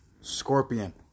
Scorpion